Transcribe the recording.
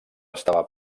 estava